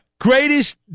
Greatest